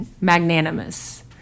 magnanimous